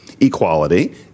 equality